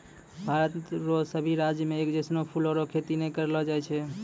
भारत रो सभी राज्य मे एक जैसनो फूलो रो खेती नै करलो जाय छै